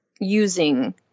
using